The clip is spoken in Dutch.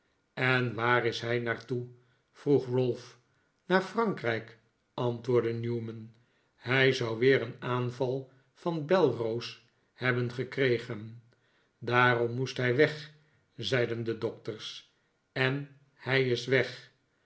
en waar is hij naar toe vroeg ralph naar frankrijk antwoordde newman hij zou weer een aanval van belroos hebben gekregen daarom moest hij weg zeiden de dokters en hij is weg